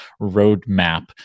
roadmap